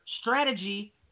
strategy